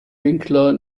winkler